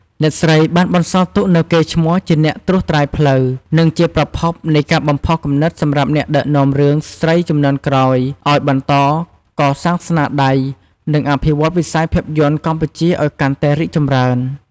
អ្នកស្រីបានបន្សល់ទុកនូវកេរ្តិ៍ឈ្មោះជាអ្នកត្រួសត្រាយផ្លូវ និងជាប្រភពនៃការបំផុសគំនិតសម្រាប់អ្នកដឹកនាំរឿងស្រីជំនាន់ក្រោយឱ្យបន្តកសាងស្នាដៃ និងអភិវឌ្ឍវិស័យភាពយន្តកម្ពុជាឱ្យកាន់តែរីកចម្រើន។